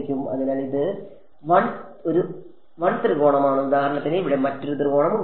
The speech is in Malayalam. അതിനാൽ ഇത് 1 ത്രികോണമാണ് ഉദാഹരണത്തിന് ഇവിടെ മറ്റൊരു ത്രികോണം ഉണ്ടാകും